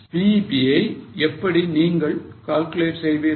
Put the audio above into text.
BEP ஐ எப்படி நீங்கள் calculate செய்வீர்கள்